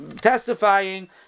testifying